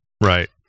right